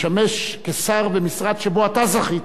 לשמש שר במשרד שבו אתה זכית.